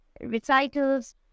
recitals